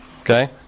Okay